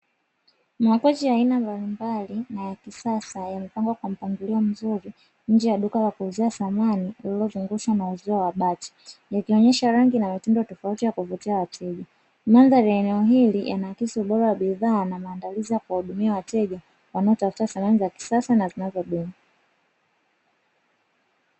Makochi ya aina mbalimbali na ya kisasa yamepangwa kwa mpangilio mzuri, nje ya duka la kuuzia samani lililozungushwa na uzio wa bati likionyesha rangi na matendo tofauti ya kuvutia wateja. Mandhari ya eneo hili inaakisi ubora wa bidhaa na maandalizi ya kuwahudumia wateja wanaotafuta samani za kisasa na zinazodumu.